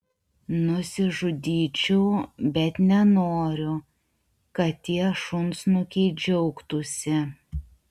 nusižudyčiau bet nenoriu kad tie šunsnukiai džiaugtųsi